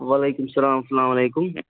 وَعلیکُم اَسَلام اَسلامُ عَلیکُم